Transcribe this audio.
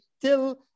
till